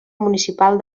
municipal